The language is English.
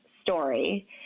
story